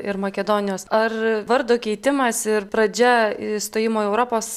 ir makedonijos ar vardo keitimas ir pradžia įstojimo į europos